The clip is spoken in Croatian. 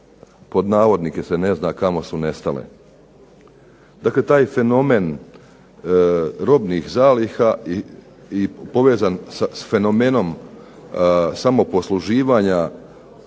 trag niti se "ne zna" kamo su nestale. Dakle, taj fenomen robnih zaliha je povezan s fenomenom samoposluživanja